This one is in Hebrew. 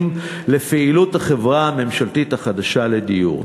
לפעילות החברה הממשלתית החדשה לדיור.